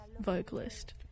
vocalist